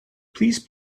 please